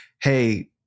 hey